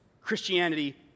Christianity